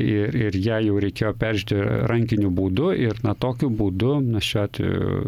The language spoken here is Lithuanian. ir ir ją jau reikėjo peržiūrėti rankiniu būdu ir tokiu būdu nu šiuo atveju